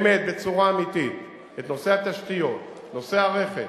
באמת, בצורה אמיתית, את נושא התשתיות, נושא הרכש,